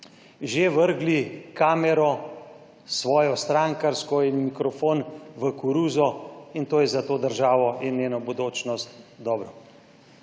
že vrgli kamero, svojo strankarsko, in mikrofon v koruzo, in to je za to državo in njeno bodočnost dobro.